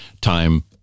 time